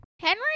henry